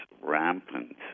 rampant